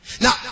Now